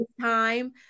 time